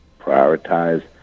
prioritize